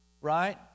right